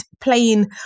playing